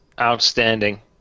Outstanding